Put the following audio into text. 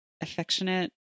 affectionate